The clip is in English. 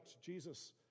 Jesus